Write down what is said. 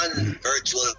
Virtual